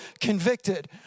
convicted